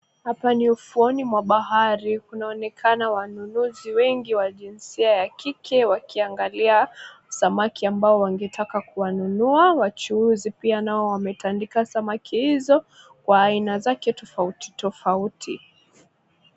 Hapa ni ufuoni mwa bahari. Kunaonekana wanunuzi wengi wa jinsia ya kike wakiangalia samaki ambao wanataka kuwanunua. Wachuuzi pia nao wametandika samaki hao kwa aina zake tofautitofauti.